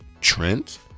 Trent